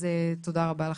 תודה רבה לכם.